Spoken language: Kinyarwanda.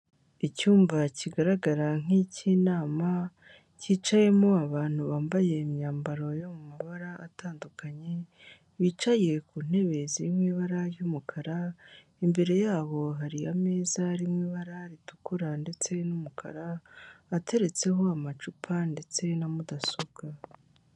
Icyumba kigaragara nk'icy'inama, cyicayemo abantu bambaye imyambaro yo mu mabara atandukanye, bicaye ku ntebe ziri mu ibara ry'umukara, imbere yabo hari ameza ari mu ibara ritukura ndetse n'umukara, ateretseho amacupa ndetse na mudasobwa.